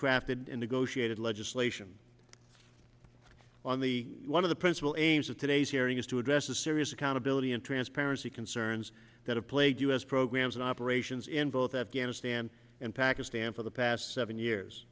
crafted and negotiated legislation on the one of the principal aims of today's hearing is to address the serious accountability and transparency concerns that have plagued us programs and operations in both afghanistan and pakistan for the past seven years